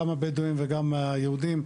גם הבדואים וגם היהודים,